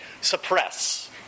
Suppress